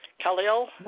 Khalil